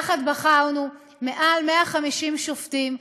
יחד בחרנו מעל 150 שופטים,